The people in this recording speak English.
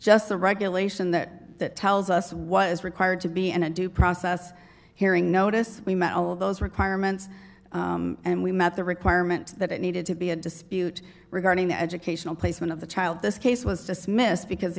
just the regulation that tells us what is required to be and due process hearing notice we met all those requirements and we met the requirement that it needed to be a dispute regarding the educational placement of the child this case was dismissed because